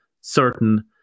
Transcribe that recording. certain